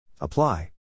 Apply